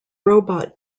robot